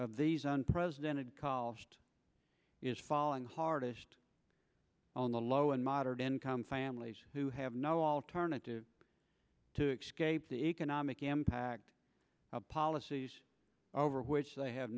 of these unprecedented call just is falling hardest on the low and moderate income families who have no alternative to the economic impact of policies over which they have